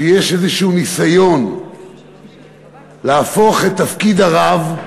שיש איזשהו ניסיון להפוך את תפקיד הרב,